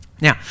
Now